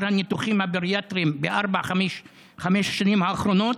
הניתוחים הבריאטריים בארבע-חמש השנים האחרונות.